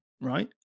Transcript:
right